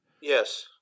Yes